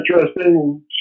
interesting